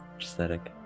aesthetic